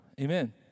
Amen